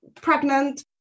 pregnant